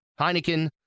Heineken